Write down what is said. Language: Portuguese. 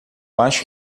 acho